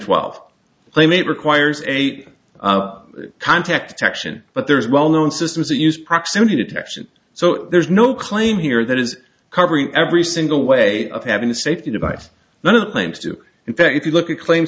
twelve playmate requires a contact action but there's well known systems that use proximity detection so there's no claim here that is covering every single way of having a safety device none of the claims do in fact if you look at claim